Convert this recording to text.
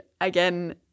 again